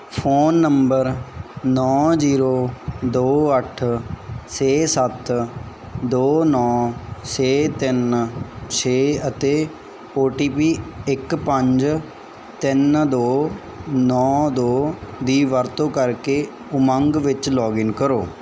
phone number ਨੌਂ zero ਦੋ ਅੱਠ ਛੇ ਸੱਤ ਦੋ ਨੌਂ ਛੇ ਤਿੰਨ ਛੇ ਅਤੇ ਔ ਟੀ ਪੀ ਇੱਕ ਪੰਜ ਤਿੰਨ ਦੋ ਨੌਂ ਦੋ ਦੀ ਵਰਤੋਂ ਕਰਕੇ ਉਮੰਗ ਵਿੱਚ ਲੌਗਇਨ ਕਰੋ